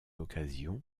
occasion